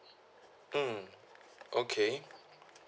mm okay